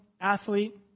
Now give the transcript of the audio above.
athlete